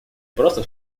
просто